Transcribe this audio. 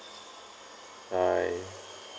bye